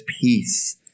peace